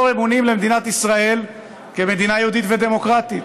אמונים למדינת ישראל כמדינה יהודית ודמוקרטית.